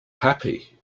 happy